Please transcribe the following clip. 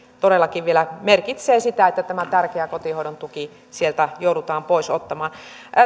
todellakin vielä merkitsevät sitä että tämä tärkeä kotihoidon tuki sieltä joudutaan pois ottamaan